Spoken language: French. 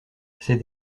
ces